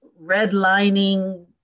redlining